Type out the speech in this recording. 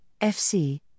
FC